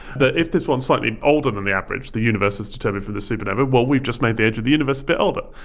that if this one is slightly older than the average, the universe is determined from the supernova, well, we've just made the age of the universe a bit older.